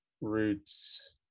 roots